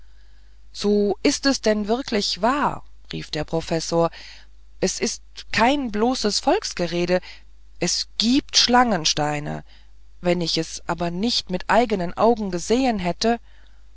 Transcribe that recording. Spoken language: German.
so ist es denn wirklich wahr rief der professor es ist kein loses volksgerede es gibt schlangensteine wenn ich es aber nicht mit eigenen augen gesehen hätte